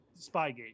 Spygate